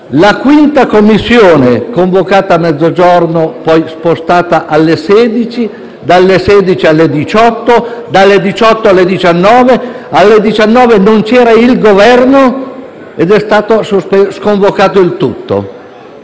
la 5a Commissione era convocata a mezzogiorno, poi spostata alle 16, dalle 16 alle 18, dalle 18 alle 19, alle 19 non c'era il Governo ed è stata definitivamente